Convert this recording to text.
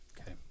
Okay